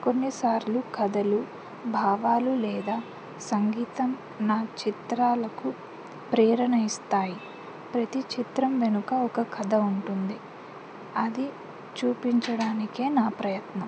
కొన్నిసార్లు కథలు భావాలు లేదా సంగీతం నా చిత్రాలకు ప్రేరణ ఇస్తాయి ప్రతి చిత్రం వెనుక ఒక కథ ఉంటుంది అది చూపించడానికే నా ప్రయత్నం